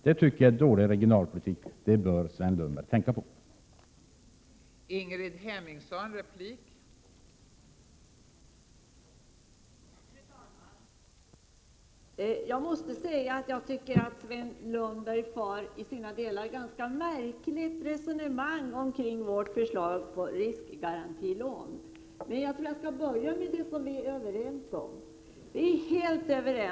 Sven Lundberg bör notera detta, som jag tycker är dålig regionalpolitik.